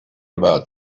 about